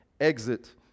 exit